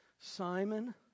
Simon